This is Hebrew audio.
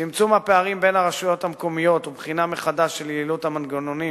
צמצום הפערים בין הרשויות המקומיות ובחינה מחדש של יעילות המנגנונים